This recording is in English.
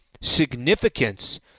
significance